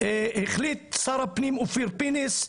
החליט שר הפנים אופיר פינס,